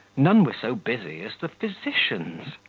none were so busy as the physicians,